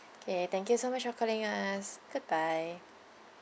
K thank you so much for calling us bye bye